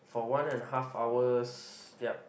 for one and half hours yup